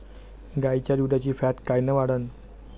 गाईच्या दुधाची फॅट कायन वाढन?